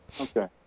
Okay